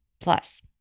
Plus